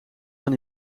van